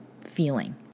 feeling